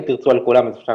אם תרצו על כולם אפשר